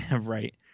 Right